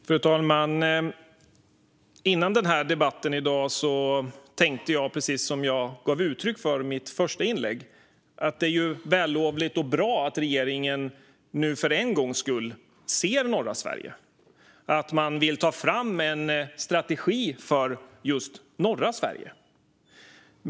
Fru talman! Före dagens debatt tänkte jag precis som jag gav uttryck för i mitt första inlägg: att det är vällovligt och bra att regeringen för en gångs skull ser norra Sverige och att man vill ta fram en strategi för just norra Sverige.